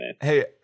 Hey